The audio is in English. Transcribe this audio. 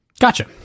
gotcha